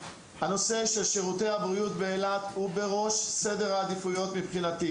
ששירותי הבריאות באילת בראש סדר העדיפויות מבחינתי,